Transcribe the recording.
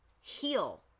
heal